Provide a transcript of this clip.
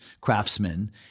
craftsmen